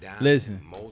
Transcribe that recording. Listen